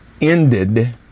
ended